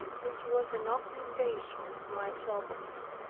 which was an augmentation of my troubles.